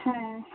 হ্যাঁ